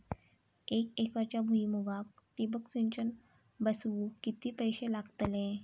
एक एकरच्या भुईमुगाक ठिबक सिंचन बसवूक किती पैशे लागतले?